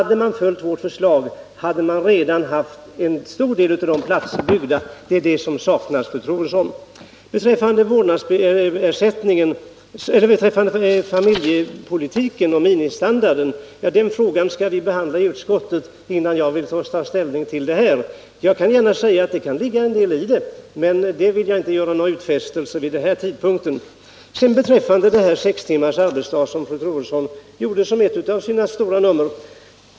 Hade man följt vårt förslag, hade man redan haft en stor del av platserna färdiga — de platser som nu saknas, fru Troedsson. Frågan om familjepolitiken och ministandarden skall vi behandla i utskottet, innan jag vill ta ställning till den här. Jag säger gärna att det kan ligga någonting i det förslaget, men det vill jag vid denna tidpunkt inte göra några utfästelser om. Sextimmarsarbetsdagen gjorde fru Troedsson till ett av sina stora nummer.